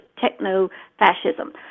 techno-fascism